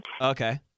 Okay